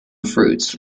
fruits